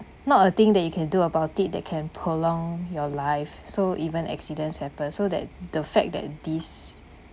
not a thing that you can do about it that can prolong your life so even accidents happen so that the fact that these